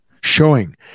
showing